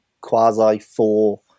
quasi-four